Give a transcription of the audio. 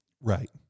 Right